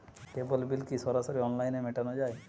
কেবল bill কি সরাসরি অনলাইনে মেটানো য়ায়?